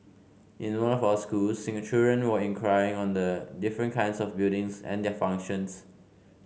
in one of our schools children were inquiring on the different kinds of buildings and their functions